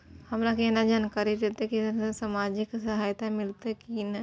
हमरा केना जानकारी देते की सामाजिक सहायता मिलते की ने?